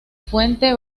fuente